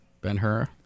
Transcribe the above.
Ben-Hur